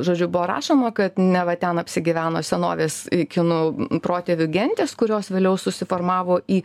žodžiu buvo rašoma kad neva ten apsigyveno senovės kinų protėvių gentys kurios vėliau susiformavo į